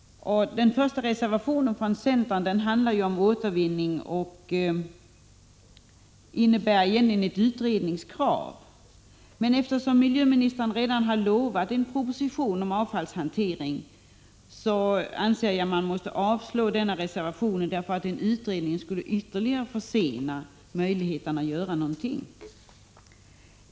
Den första reservationen, från centern, handlar om återvinning och där krävs en utredning. Eftersom miljöministern redan har lovat en proposition om avfallshanteringen, anser jag att man måste avstyrka denna reservation. En utredning skulle ytterligare försena möjligheten att göra någonting.